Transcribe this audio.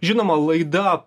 žinoma laida